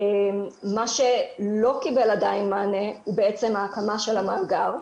מה שלא קיבל עדיין מענה הוא בעצם ההקמה של המאגר.